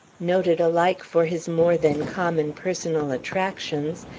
noted alike for his more than common personal attractions,